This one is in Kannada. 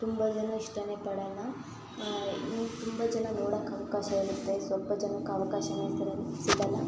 ತುಂಬ ಜನ ಇಷ್ಟವೇ ಪಡಲ್ಲ ಇನ್ನು ತುಂಬ ಜನ ನೋಡಕ್ಕೆ ಅವಕಾಶ ಇರುತ್ತೆ ಸ್ವಲ್ಪ ಜನಕ್ಕೆ ಅವ್ಕಾಶವೇ ಸಿಗಲ್ಲ